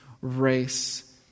race